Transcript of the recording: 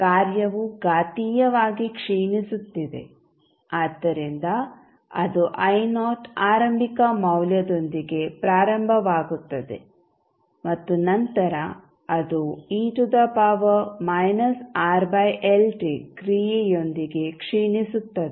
ಕಾರ್ಯವು ಘಾತೀಯವಾಗಿ ಕ್ಷೀಣಿಸುತ್ತಿದೆ ಆದ್ದರಿಂದ ಅದು ಆರಂಭಿಕ ಮೌಲ್ಯದೊಂದಿಗೆ ಪ್ರಾರಂಭವಾಗುತ್ತದೆ ಮತ್ತು ನಂತರ ಅದು ಕ್ರಿಯೆಯೊಂದಿಗೆ ಕ್ಷೀಣಿಸುತ್ತದೆ